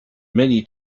many